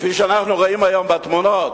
כפי שאנחנו רואים היום בתמונות.